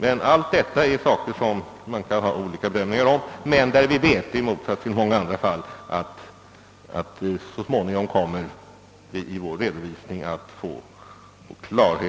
Om allt detta kan man emellertid ha olika meningar, men vi vet att vi här, i motsats till fallet i många andra sammanhang, så småningom kommer att få klarhet genom vår redovisning.